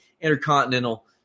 intercontinental